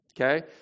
Okay